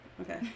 Okay